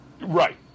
Right